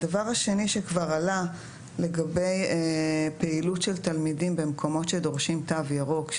הדבר השני שכבר עלה לגבי פעילות של תלמידים במקומות שדורשים תו ירוק,